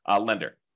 lender